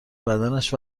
بدنش